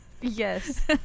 Yes